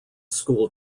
school